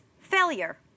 failure